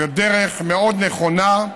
דרך מאוד נכונה,